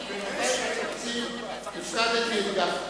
התקציב, הפקדתי את גפני.